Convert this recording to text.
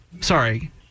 Sorry